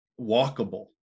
walkable